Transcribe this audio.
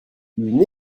une